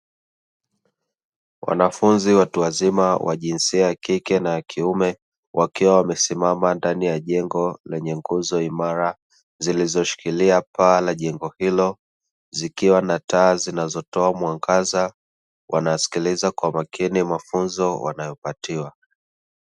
Wanafunzi watu wazima wa jinsia ya kike na wa kiume wakiwa wamesimama ndani ya jengo lenye nguzo imara zilizoshikilia paa la jengo hilo, zikiwa na taa zinazotoa mwangaza wanasikiliza kwa makini mafunzo wanayopatiwa.